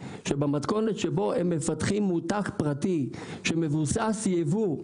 שבמתכונת שבה הם מפתחים מוצר פרטי המבוסס ייבוא,